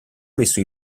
messo